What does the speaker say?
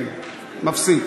כן, מפסיק.